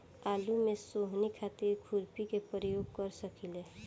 आलू में सोहनी खातिर खुरपी के प्रयोग कर सकीले?